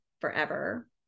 forever